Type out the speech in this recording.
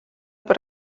per